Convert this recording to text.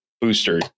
booster